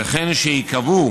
וכן שיקבעו